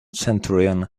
centurion